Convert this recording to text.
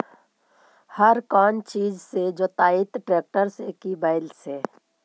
हर कौन चीज से जोतइयै टरेकटर से कि बैल से?